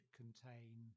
contain